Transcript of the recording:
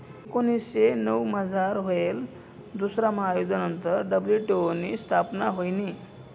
एकोनीसशे नऊमझार व्हयेल दुसरा महायुध्द नंतर डब्ल्यू.टी.ओ नी स्थापना व्हयनी